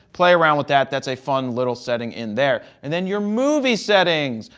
play around with that. that's a fun little setting in there. and then your movie settings,